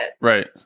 Right